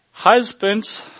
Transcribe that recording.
Husbands